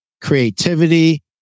creativity